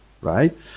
right